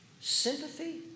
sympathy